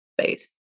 space